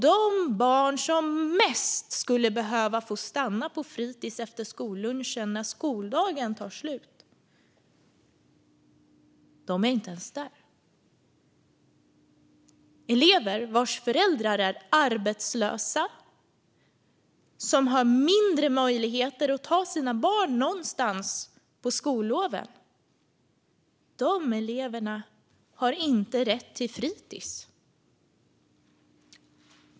De barn som mest skulle behöva få stanna på fritis efter skollunchen när skoldagen tar slut är inte ens där. Elever vars föräldrar är arbetslösa och som har mindre möjligheter att ta sina barn någonstans på skolloven, de eleverna har inte rätt till fritis.